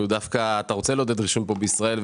אתה דווקא רוצה לעודד רישום בישראל.